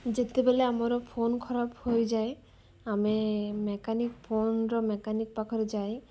ଯେତେବେଲେ ଆମର ଫୋନ ଖରାପ ହୋଇଯାଏ ଆମେ ମେକାନିକ ଫୋନର ମେକାନିକ ପାଖରେ ଯାଇ